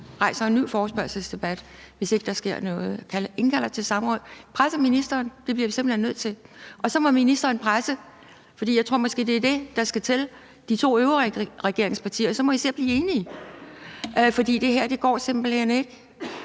rejser en ny forespørgselsdebat, hvis ikke der sker noget. Vi indkalder til samråd, presser ministeren, for det bliver vi simpelt hen nødt til. Så må ministeren presse – for jeg tror måske, det er det, der skal til – de to øvrige regeringspartier, og så må I se at blive enige, for det her går simpelt hen ikke.